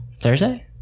Thursday